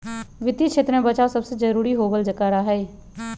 वित्तीय क्षेत्र में बचाव सबसे जरूरी होबल करा हई